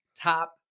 top